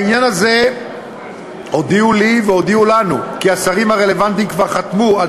בעניין הזה הודיעו לי והודיעו לנו כי השרים הרלוונטיים כבר חתמו על